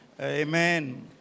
Amen